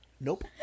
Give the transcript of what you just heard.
Nope